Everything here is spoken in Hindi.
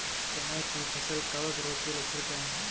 चना की फसल कवक रोग के लक्षण क्या है?